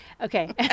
Okay